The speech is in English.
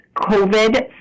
COVID